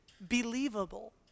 believable